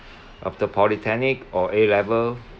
after polytechnic or A level